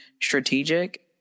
strategic